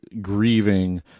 grieving